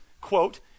quote